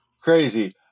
crazy